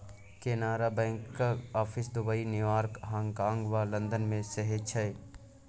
कैनरा बैंकक office Dubai, New York, हाँगकाँग आ लंदन मे सेहो छै